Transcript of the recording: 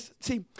see